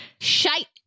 Shite